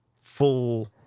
full